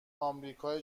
آمریکای